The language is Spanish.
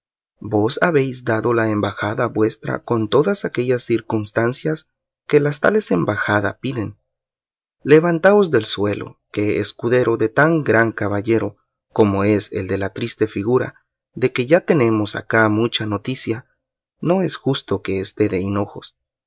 vos habéis dado la embajada vuestra con todas aquellas circunstancias que las tales embajadas piden levantaos del suelo que escudero de tan gran caballero como es el de la triste figura de quien ya tenemos acá mucha noticia no es justo que esté de hinojos